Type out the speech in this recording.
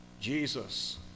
Jesus